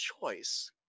choice